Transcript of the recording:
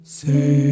say